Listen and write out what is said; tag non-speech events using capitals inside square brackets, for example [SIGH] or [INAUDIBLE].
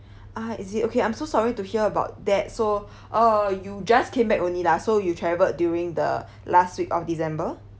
ah is it okay I'm so sorry to hear about that so [BREATH] uh you just came back only lah so you travelled during the last week of december